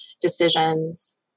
decisions